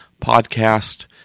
podcast